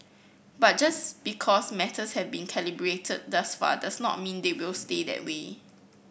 but just because matters have been calibrated thus far does not mean they will stay that way